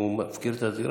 אם הוא מפקיר את הזירה,